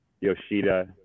Yoshida